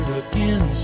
again